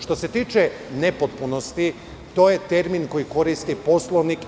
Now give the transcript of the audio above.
Što se tiče nepotpunosti, to je termin koji koristi Poslovnik.